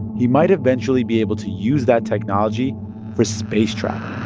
he might eventually be able to use that technology for space travel